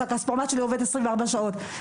שהכספומט שלי עובד עשרים וארבע שעות.